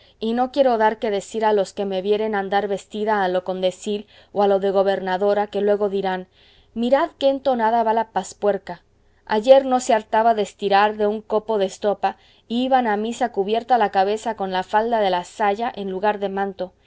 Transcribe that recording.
y no quiero dar que decir a los que me vieren andar vestida a lo condesil o a lo de gobernadora que luego dirán mirad qué entonada va la pazpuerca ayer no se hartaba de estirar de un copo de estopa y iba a misa cubierta la cabeza con la falda de la saya en lugar de manto